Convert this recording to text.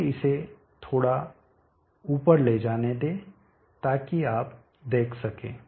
मुझे इसे थोड़ा ऊपर ले जाने दें ताकि आप देख सकें